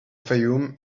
fayoum